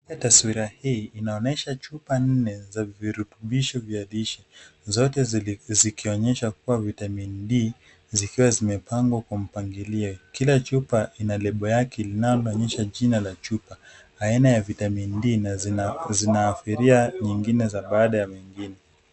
Tashwira hii inaonyesha chupa nne za virutubisho vya lishe. Zote zikionyesha kuwa vitamin D zikiwa zimepanga kuwa mpangilio. Kila chupa ina [lable yake inayoenyesha jina ya chupa aina ya vitamin D zinaadhiria nyingine baada ya zingine.